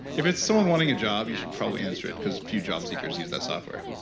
if it's someone wanting a job you should probably answer it cause few job seekers use that software